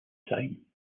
time